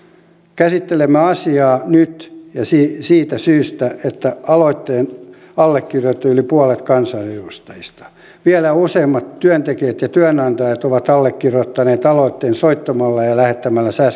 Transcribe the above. käsittelemme asiaa nyt ja siitä syystä että aloitteen allekirjoitti yli puolet kansanedustajista vielä useammat työntekijät ja työnantajat ovat allekirjoittaneet aloitteen soittamalla ja ja lähettämällä